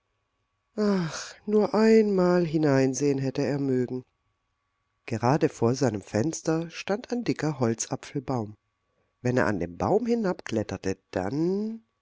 nur einmal hineinsehen hätte er mögen gerade vor seinem fenster stand ein dicker holzapfelbaum wenn er an dem baum hinabkletterte dann